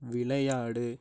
விளையாடு